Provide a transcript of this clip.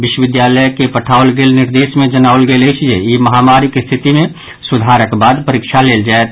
विश्वविद्यालय के पठाओल गेल निर्देश मे जनाओल गेल अछि जे ई महामारीक स्थिति मे सुधारक बाद परीक्षा लेल जायत